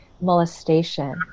molestation